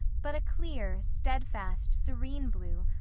but a clear, steadfast, serene blue,